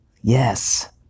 Yes